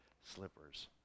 slippers